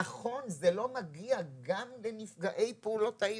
נכון, זה לא מגיע גם לנפגעי פעולות האיבה.